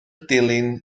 dilin